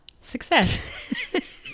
success